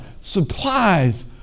supplies